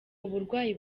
uburwayi